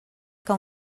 que